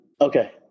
okay